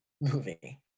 movie